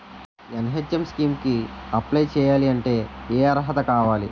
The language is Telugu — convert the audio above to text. ఎన్.హెచ్.ఎం స్కీమ్ కి అప్లై చేయాలి అంటే ఏ అర్హత కావాలి?